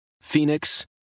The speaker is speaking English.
Phoenix